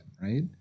right